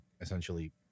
essentially